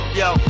yo